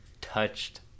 touched